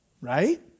right